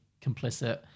complicit